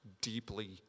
deeply